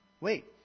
Wait